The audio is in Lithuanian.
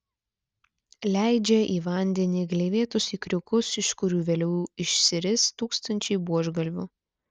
leidžia į vandenį gleivėtus ikriukus iš kurių vėliau išsiris tūkstančiai buožgalvių